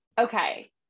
Okay